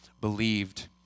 believed